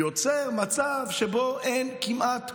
יוצא מצב שבו אין כמעט כוחות,